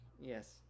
Yes